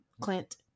Clint